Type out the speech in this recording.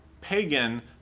pagan